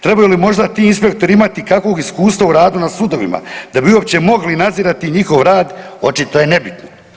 Trebaju li možda ti inspektori imati kakvog iskustva u radu na sudovima da bi uopće mogli nadzirati njihov rad očito je nebitno.